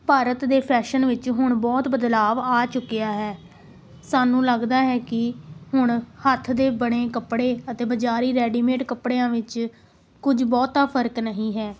ਭਾਰਤ ਦੇ ਫੈਸ਼ਨ ਵਿੱਚ ਹੁਣ ਬਹੁਤ ਬਦਲਾਅ ਆ ਚੁੱਕਿਆ ਹੈ ਸਾਨੂੰ ਲੱਗਦਾ ਹੈ ਕਿ ਹੁਣ ਹੱਥ ਦੇ ਬਣੇ ਕੱਪੜੇ ਅਤੇ ਬਜ਼ਾਰੀ ਰੈਡੀਮੇਟ ਕੱਪੜਿਆਂ ਵਿੱਚ ਕੁਝ ਬਹੁਤਾ ਫ਼ਰਕ ਨਹੀਂ ਹੈ